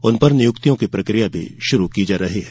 उन पर नियुक्तियों की प्रकिया भी शुरू की जा रही है